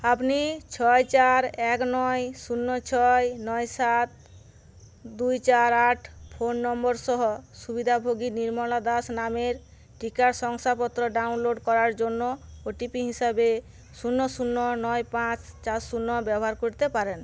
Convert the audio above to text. আপনি ছয় চার এক নয় শূন্য ছয় নয় সাত দুই চার আট ফোন নম্বর সহ সুবিধাভোগী নির্মলা দাস নামের টিকা শংসাপত্র ডাউনলোড করার জন্য ওটিপি হিসাবে শূন্য শূন্য নয় পাঁচ চার শূন্য ব্যবহার করতে পারেন